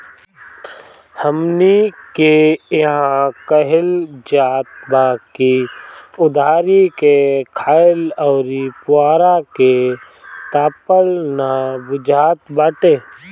हमनी के इहां कहल जात बा की उधारी के खाईल अउरी पुअरा के तापल ना बुझात बाटे